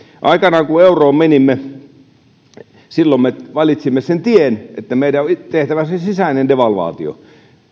aikanaan kun euroon menimme me valitsimme sen tien että meidän on itse tehtävä se sisäinen devalvaatio